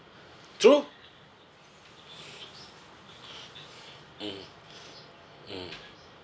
true mm mm